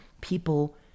people